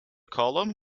column